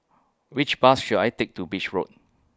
Which Bus should I Take to Beach Road